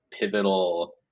pivotal